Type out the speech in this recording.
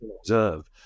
observe